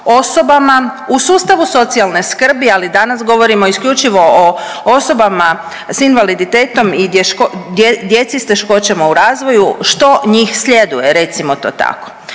osobama u sustavu socijalne skrbi, ali danas govorimo isključivo o osobama s invaliditetom i djeci s teškoćama u razvoju, što njih sljeduje recimo to tako,